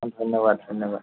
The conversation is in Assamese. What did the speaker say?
ধন্যবাদ ধন্যবাদ